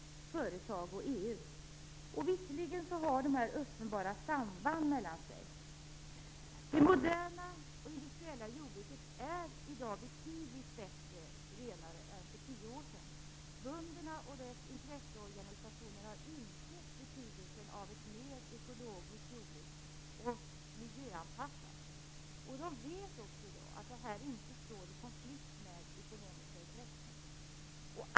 Det moderna och industriella jordbruket är i dag betydligt renare än för tio år sedan. Bönderna och deras intresseorganisationer har insett betydelsen av ett mer ekologiskt och miljöanpassat jordbruk, och de vet i dag också att det inte står i konflikt med ekonomiska intressen.